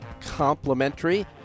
complimentary